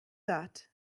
that